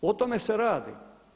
O tome se radi.